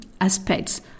aspects